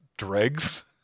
dregs